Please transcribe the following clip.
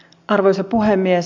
arvoisa puhemies